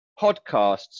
Podcasts